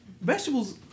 vegetables